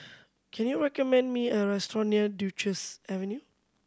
can you recommend me a restaurant near Duchess Avenue